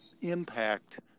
impact